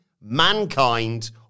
Mankind